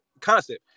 concept